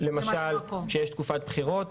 למשל כשיש תקופת בחירות,